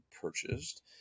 purchased